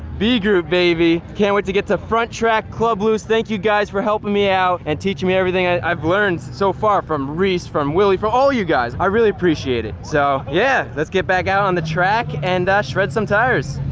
b group baby, can't wait to get to front track. club loose, thank you guys for helping me out and teach me everything i've learned so far from reese, from willie, from all of you guys i really appreciate it, so yeah, let's get back out on the track and ah, shred some tires.